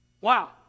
Wow